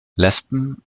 lesben